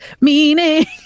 meaning